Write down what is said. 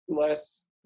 less